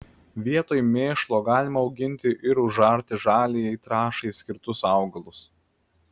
vietoj mėšlo galima auginti ir užarti žaliajai trąšai skirtus augalus